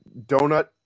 donut